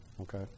okay